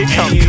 Come